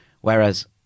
Whereas